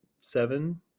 seven